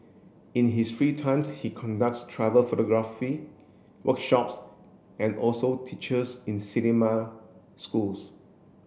in his free time he conducts travel photography workshops and also teaches in cinema schools